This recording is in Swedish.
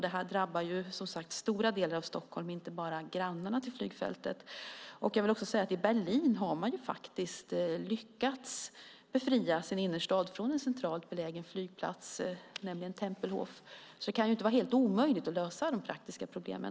Detta drabbar, som sagt, stora delar av Stockholm och inte bara flygfältets grannar. I Berlin har man faktiskt lyckats befria sin innerstad från en centralt belägen flygplats, nämligen Tempelhof. Det kan därför inte vara helt omöjligt att lösa de praktiska problemen.